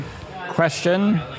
question